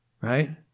right